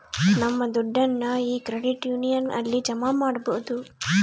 ನಮ್ ದುಡ್ಡನ್ನ ಈ ಕ್ರೆಡಿಟ್ ಯೂನಿಯನ್ ಅಲ್ಲಿ ಜಮಾ ಮಾಡ್ಬೋದು